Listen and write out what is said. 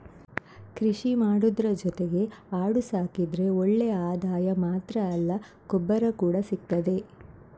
ಕೃಷಿ ಮಾಡುದ್ರ ಜೊತೆಗೆ ಆಡು ಸಾಕಿದ್ರೆ ಒಳ್ಳೆ ಆದಾಯ ಮಾತ್ರ ಅಲ್ಲ ಗೊಬ್ಬರ ಕೂಡಾ ಸಿಗ್ತದೆ